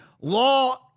law